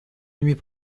nuit